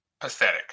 pathetic